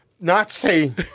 Nazi